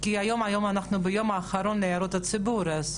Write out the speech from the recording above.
כי היום אנחנו ביום האחרון להערות הציבור, אז